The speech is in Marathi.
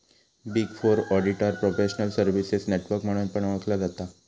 big four auditor professional services network म्हणून पण ओळखला जाता